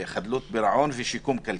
חדלות פירעון ושיקום כלכלי,